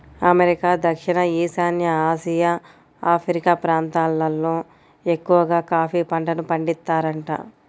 America, దక్షిణ ఈశాన్య Asia, Africa ప్రాంతాలల్లో ఎక్కవగా కాఫీ పంటను పండిత్తారంట